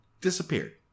disappeared